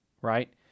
right